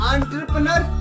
Entrepreneur